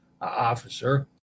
officer